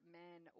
men